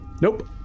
Nope